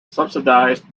subsidized